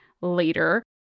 later